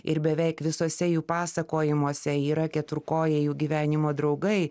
ir beveik visose jų pasakojimuose yra keturkojai jų gyvenimo draugai